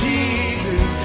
Jesus